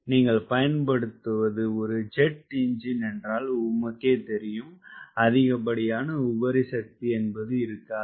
நீங்கள் பயன்படுத்துவது ஒரு ஜெட் எஞ்சின் என்றால் உமக்கே தெரியும் அதிகப்படியான உபரி சக்தி என்பது இருக்காது